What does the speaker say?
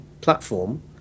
platform